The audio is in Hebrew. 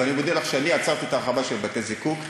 אבל אני מודיע לך שאני עצרתי את ההרחבה של בתי-זיקוק היום,